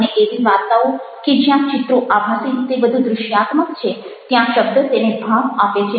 અને એવી વાર્તાઓ કે જ્યાં ચિત્રો આભાસી રીતે વધુ દૃશ્યાત્મક છે ત્યાં શબ્દ તેને ભાવ આપે છે